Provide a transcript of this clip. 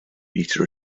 meter